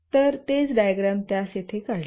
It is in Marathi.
तर तेच डायग्राम त्यास येथे काढली